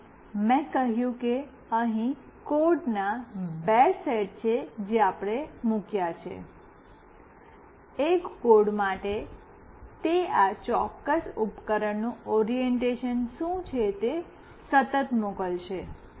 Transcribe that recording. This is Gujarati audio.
અને મેં કહ્યું કે અહીં કોડ્સના બે સેટ છે જે આપણે મુક્યા છે એક કોડ માટે તે આ ચોક્કસ ઉપકરણનું ઓરિએંટેશન શું છે તે સતત મોકલશે